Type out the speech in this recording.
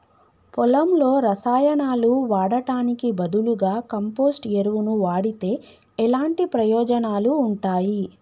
పొలంలో రసాయనాలు వాడటానికి బదులుగా కంపోస్ట్ ఎరువును వాడితే ఎలాంటి ప్రయోజనాలు ఉంటాయి?